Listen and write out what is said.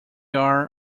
are